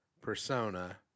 persona